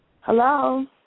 Hello